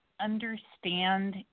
understand